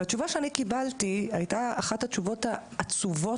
והתשובה שאני קיבלתי הייתה אחת התשובות העצובות